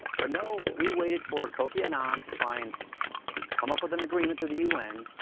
but no, we waited for kofi annan to try and come up with an agreement through the u n.